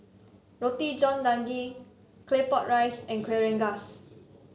Roti John Daging Claypot Rice and Kueh Rengas